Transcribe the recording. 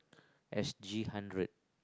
S_G hundred